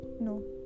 No